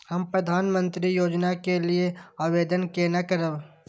हम प्रधानमंत्री योजना के लिये आवेदन केना करब?